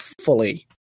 fully